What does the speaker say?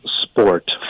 sport